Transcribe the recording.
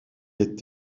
est